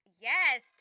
Yes